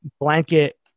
blanket